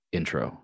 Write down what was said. intro